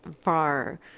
far